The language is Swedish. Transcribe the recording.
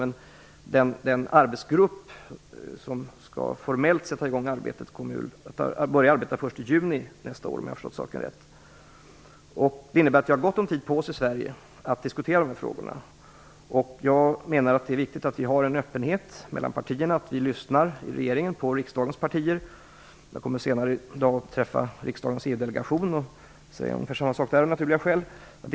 Men den arbetsgrupp som formellt skall sätta i gång arbetet kommer att börja arbeta först i juni nästa år, om jag har förstått saken rätt. Det innebär att vi i Sverige har gott om tid att diskutera dessa frågor. Det är viktigt att det finns en öppenhet mellan partierna och att vi i regeringen lyssnar på riksdagens partier. Jag kommer senare i dag att träffa riksdagens EU-delegation, och då kommer jag att säga ungefär samma sak.